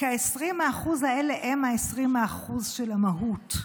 כי ה-20% האלה הם ה-20% של המהות.